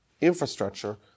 infrastructure